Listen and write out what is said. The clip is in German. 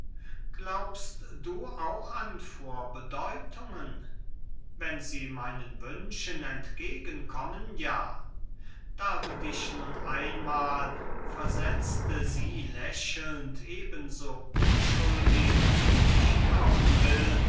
glaubst du auch an vorbedeutungen wenn sie meinen wünschen entgegen kommen ja da du dich nun einmahl versetzte sie lächelnd eben so unschuldig wie ich glauben will